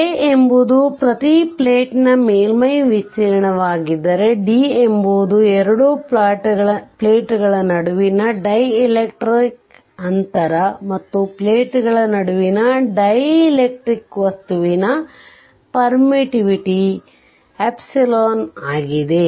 A ಎಂಬುದು ಪ್ರತಿ ಪ್ಲೇಟ್ನ ಮೇಲ್ಮೈ ವಿಸ್ತೀರ್ಣವಾಗಿದ್ದರೆ d ಎಂಬುದು ಎರಡು ಪ್ಲೇಟ್ಗಳ ನಡುವಿನ ಡೈಎಲೆಕ್ಟ್ರಿಕ್ ಅಂತರ ಮತ್ತು ಪ್ಲೇಟ್ಗಳ ನಡುವಿನ ಡೈಎಲೆಕ್ಟ್ರಿಕ್ ವಸ್ತುವಿನ ಪರ್ಮಿಟಿವಿಟಿ ಎಪ್ಸಿಲಾನ್ ಆಗಿದೆ